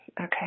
Okay